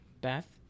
Beth